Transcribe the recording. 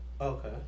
Okay